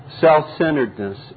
self-centeredness